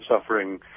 suffering